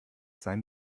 sein